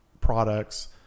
products